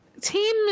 team